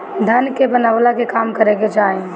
धन के बनवला के काम करे के चाही